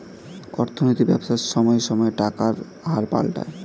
অর্থনৈতিক ব্যবসায় সময়ে সময়ে টাকার হার পাল্টায়